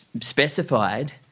specified